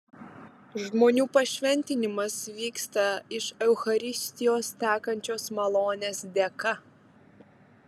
žmonių pašventinimas vyksta iš eucharistijos tekančios malonės dėka